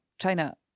China